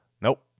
nope